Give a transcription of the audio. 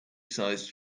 sized